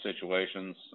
situations